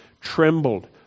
trembled